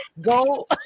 go